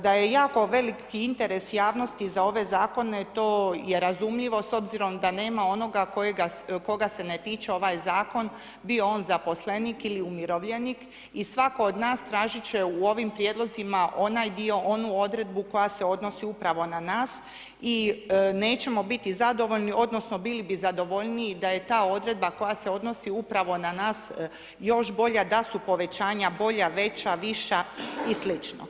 Da je jako veliki interes javnosti za ove Zakone, to je razumljivo s obzirom da nema onoga koga se ne tiče ovaj Zakon, bio on zaposlenik ili umirovljenik i svatko od nas tražiti će u ovim prijedlozima onaj dio, onu odredbu koja se odnosi upravo na nas i nećemo biti zadovoljni odnosno bili bi zadovoljniji da je ta odredba, koja se odnosi upravo na nas, još bolja, da ću povećanja bolja, veća, viša i sl.